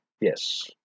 yes